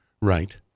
right